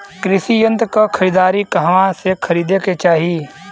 कृषि यंत्र क खरीदारी कहवा से खरीदे के चाही?